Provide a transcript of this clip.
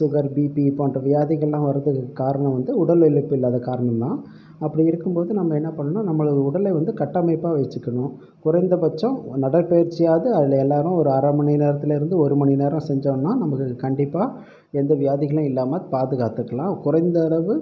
sugar BP போன்ற வியாதிகளெலாம் வரத்துக்கு காரணம் வந்து உடல் உழைப்பு இல்லாத காரணம் தான் அப்படி இருக்கும் போது நம்ம என்ன பண்ணணும் நம்மளை உடலை வந்து கட்டமைப்பாக வச்சுக்கணும் குறைந்த பட்சம் நடைப்பயிற்சியாவது அதில் எல்லோரும் ஒரு அரை மணி நேரத்தில் இருந்து ஒரு மணி நேரம் செஞ்சோன்னால் நம்மளுக்கு கண்டிப்பாக எந்த வியாதிகளும் இல்லாமல் பாதுகாத்துக்கலாம் குறைந்த அளவு